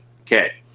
Okay